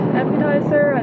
appetizer